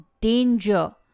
danger